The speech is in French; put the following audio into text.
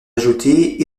ajoutées